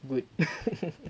good